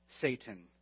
Satan